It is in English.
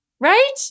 right